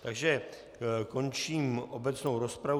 Takže končím obecnou rozpravu.